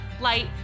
light